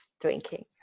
drinking